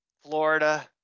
Florida